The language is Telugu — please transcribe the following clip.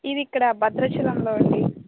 ఇది ఇక్కడ భద్రాచలంలో అండి